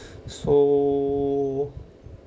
so